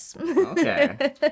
Okay